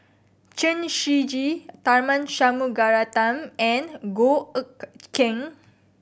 Chen Shiji Tharman Shanmugaratnam and Goh Eck Kheng